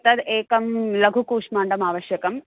तद् एकं लघु कूष्माण्डम् आवश्यकम्